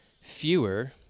fewer